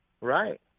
Right